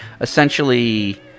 essentially